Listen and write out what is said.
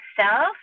self